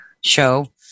show